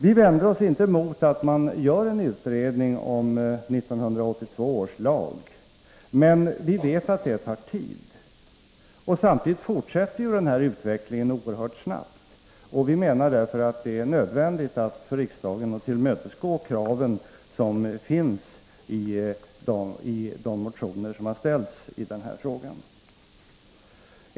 Vi vänder oss inte mot att man gör en utredning om 1982 års lag, men vi vet att en sådan tar tid. Samtidigt fortsätter utvecklingen på detta område oerhört snabbt. Därför är det enligt vår mening nödvändigt för riksdagen att tillmötesgå kraven i de väckta motionerna i denna fråga.